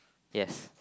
yes